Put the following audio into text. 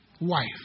Wife